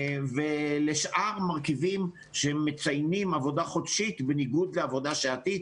ולשאר מרכיבים שמציינים עבודה חודשית בניגוד לעבודה שעתית,